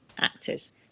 actors